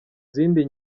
zindi